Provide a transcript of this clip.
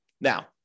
Now